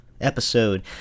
episode